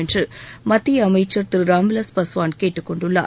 என்று மத்திய அமைச்சர் திரு ராம்விலாஸ் பாஸ்வான் கேட்டுக்கொண்டுள்ளார்